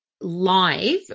live